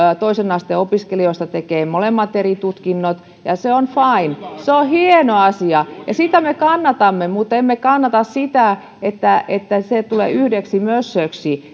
toisen asteen opiskelijoista tekee molemmat eri tutkinnot ja ja se on fine se on hieno asia ja sitä me kannatamme mutta emme kannata sitä että että se tulee yhdeksi mössöksi